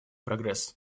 прогресс